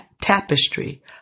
tapestry